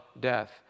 death